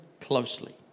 closely